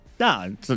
No